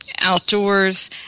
outdoors